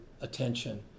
attention